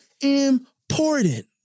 important